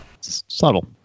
subtle